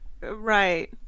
Right